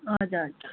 हजुर